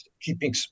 keeping